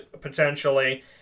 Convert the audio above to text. potentially